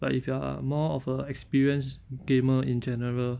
like if you are more of a experienced gamer in general